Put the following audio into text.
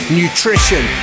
nutrition